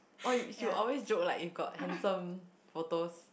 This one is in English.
uh she will always joke like if got handsome photos